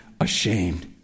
ashamed